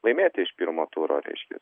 laimėti iš pirmo turo reiškia